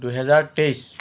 দুহেজাৰ তেইছ